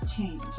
change